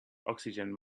oxygen